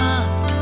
up